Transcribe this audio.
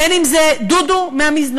בין אם זה דודו מהמזנון,